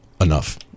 enough